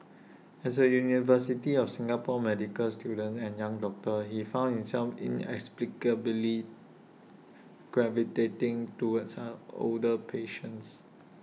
as A university of Singapore medical student and young doctor he found himself inexplicably gravitating towards older patients